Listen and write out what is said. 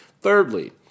Thirdly